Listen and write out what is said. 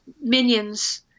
minions